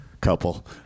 couple